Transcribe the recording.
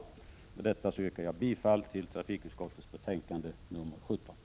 Med detta yrkar jag bifall till hemställan i trafikutskottets betänkande 17.